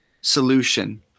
solution